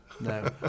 No